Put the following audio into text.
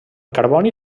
carboni